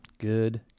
Good